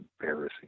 embarrassing